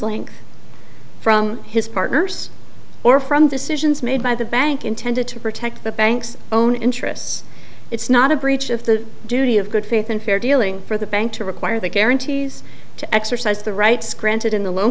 length from his partners or from decisions made by the bank intended to protect the bank's own interests it's not a breach of the duty of good faith and fair dealing for the bank to require the guarantees to exercise the rights granted in the loan